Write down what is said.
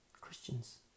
Christians